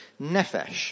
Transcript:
nefesh